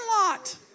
lot